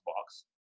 box